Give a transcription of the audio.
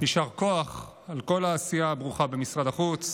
יישר כוח על כל העשייה הברוכה במשרד החוץ.